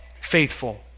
faithful